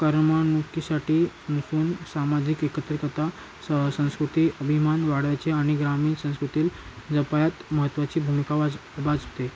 करमणूकीसाठी नसून सामाजिक एकत्रितता स संस्कृती अभिमान वाढायचे आणि ग्रामीण संस्कृतीला जपण्यात महत्त्वाची भूमिका वाज वाचते